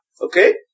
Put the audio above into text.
Okay